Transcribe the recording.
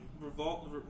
revolt